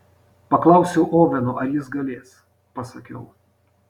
paklausiu oveno ar jis galės pasakiau